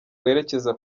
werekeza